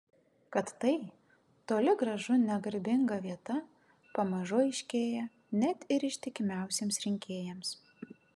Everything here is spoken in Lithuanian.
kad tai toli gražu ne garbinga vieta pamažu aiškėja net ir ištikimiausiems rinkėjams